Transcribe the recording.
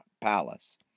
palace